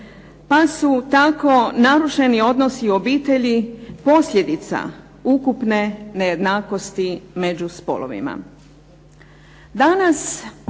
pa su tako narušeni odnosi u obitelji posljedica ukupne nejednakosti među spolovima.